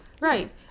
right